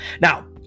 Now